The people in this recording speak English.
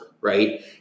right